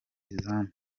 izamu